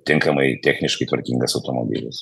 tinkamai techniškai tvarkingas automobilis